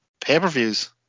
pay-per-views